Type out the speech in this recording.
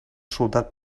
soldat